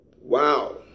wow